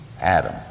Adam